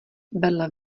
vedle